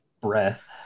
breath